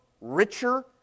richer